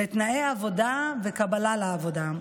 לתנאי העבודה ולקבלה לעבודה.